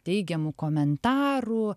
teigiamų komentarų